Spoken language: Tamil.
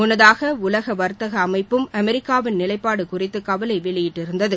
முன்னதாக உலக வர்த்தக அமைப்பும் அமெரிக்காவின் நிலைப்பாடு குறித்து கவலை வெளியிட்டிருந்தது